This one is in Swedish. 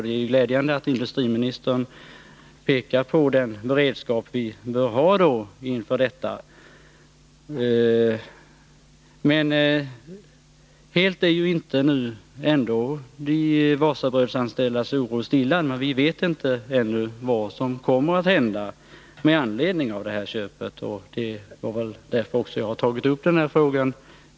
Det är glädjande att industriministern pekar på den beredskap vi bör ha inför åtgärder av detta slag. Men ändå är inte de Wasabrödsanställdas oro helt stillad. Vi vet ännu inte vad som kommer att hända med anledning av det här köpet. Det var väl i första hand därför som jag tog upp frågan.